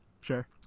Sure